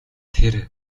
тэр